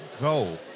go